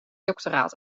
doctoraat